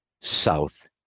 south